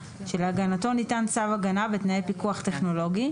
שלהגנתו ניתן צו הגנה בתנאי פיקוח טכנולוגי,